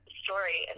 story